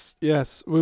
yes